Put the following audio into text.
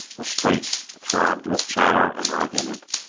the streets throbbed with chatter and argument.